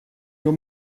nur